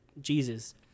Jesus